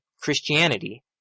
Christianity